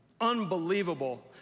unbelievable